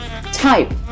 type